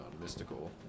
mystical